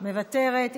מוותרת,